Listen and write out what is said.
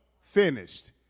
Finished